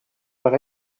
par